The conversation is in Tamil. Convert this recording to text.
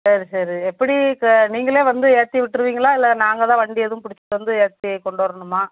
சரி சரி எப்படி இப்போ நீங்களே வந்து ஏற்றி விட்டுடுவீங்களா இல்லை நாங்கள் தான் வண்டி எதுவும் பிடிச்சுட்டு வந்து ஏற்றி கொண்டு வரணுமா